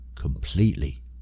completely